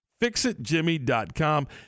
FixitJimmy.com